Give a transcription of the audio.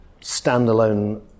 standalone